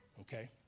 Okay